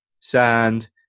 sand